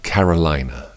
Carolina